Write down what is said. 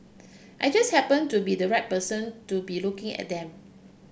I just happened to be the right person to be looking at them